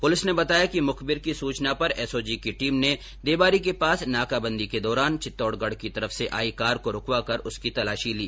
police ने बताया कि मुखबिर की सूचना पर एसओजी की टीम ने देबारी के पास नाकाबंदी के दौरान चित्तौडगढ की तरफ से आई कार को रूकवाकर उसकी तलाशी ली